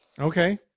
Okay